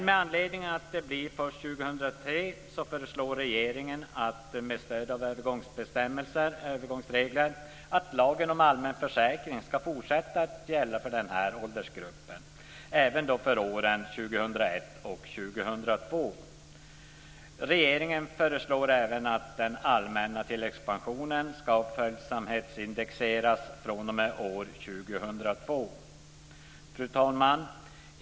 Med anledning av att det sker först 2003 föreslår regeringen att lagen om allmän försäkring ska med stöd av övergångsregler fortsätta att gälla för den här åldersgruppen även för åren 2001 och 2002. Regeringen föreslår även att den allmänna tilläggspensionen ska följsamhetsindexeras fr.o.m. år Fru talman!